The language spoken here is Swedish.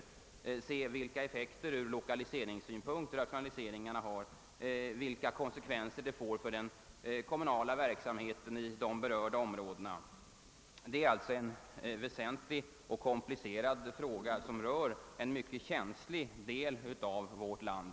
Man måste se vilka effekter rationaliseringarna får ur lokaliseringssynpunkt och vilka konsekvenser de får för den kommunala verksamheten i de berörda områdena. Detta är alltså en väsentlig och komplicerad fråga, som rör en mycket känslig del av vårt land.